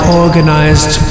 organized